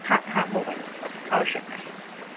हां हां mobile number आवश्यक आहे तो